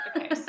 Okay